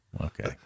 okay